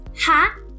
ha